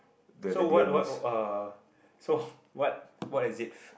so what what uh so what what is it